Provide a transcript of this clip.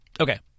Okay